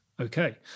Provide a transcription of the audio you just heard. Okay